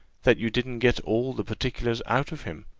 that you didn't get all the particulars out of him.